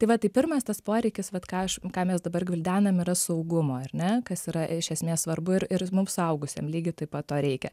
tai va tai pirmas tas poreikis vat ką aš ką mes dabar gvildenam yra saugumo ar ne kas yra iš esmės svarbu ir ir mum suaugusiem lygiai taip pat to reikia